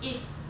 is